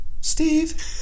Steve